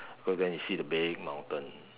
cause then you see the big mountain